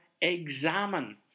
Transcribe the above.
examine